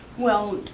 well,